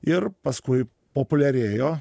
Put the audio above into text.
ir paskui populiarėjo